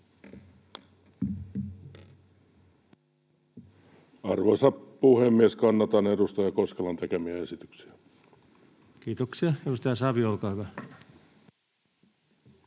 Arvoisa puhemies! Kannatan edustaja Koskelan tekemiä esityksiä. Kiitoksia. — Edustaja Savio, olkaa hyvä.